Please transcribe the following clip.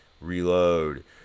Reload